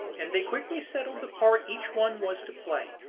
and they quickly settled the part each one was to play.